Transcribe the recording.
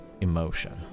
emotion